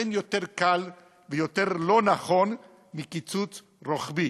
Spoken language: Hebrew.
אין דבר יותר קל ויותר לא-נכון מקיצוץ רוחבי.